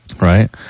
right